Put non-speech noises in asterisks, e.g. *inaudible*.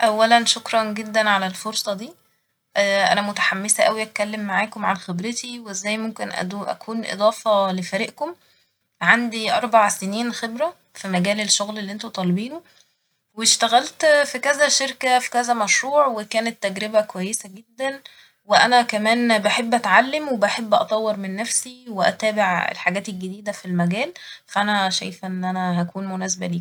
أولا شكرا جدا على الفرصة دي *hesitation* انا متحمسة اوي اتكلم معاكم عن خبرتي وازاي ممكن ادو- أكون اضافة لفريقكم ، عندي أربع سنين خبرة في مجال الشغل اللي انتو طالبينه واشتغلت في كذا شركة في كذا مشروع وكانت تجربة كويسة جدا وأنا كمان بحب أتعلم وبحب أطور من نفسي وأتابع الحاجات الجديدة ف المجال ف أنا شايفه إن أنا هكون مناسبة ليكم.